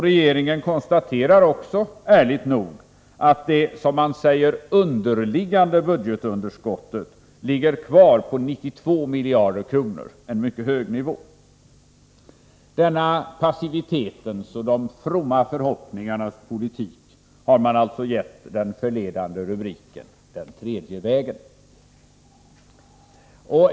Regeringen konstaterar också, ärligt nog, att det ”underliggande budgetunderskottet” ligger kvar på 92 miljarder kronor — en mycket hög nivå. Denna passivitetens och de fromma förhoppningarnas politik har alltså getts den förledande rubriken Den tredje vägen.